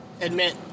admit